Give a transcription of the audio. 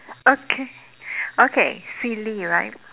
okay okay silly right